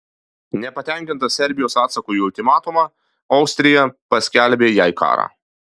nepatenkinta serbijos atsaku į ultimatumą austrija paskelbė jai karą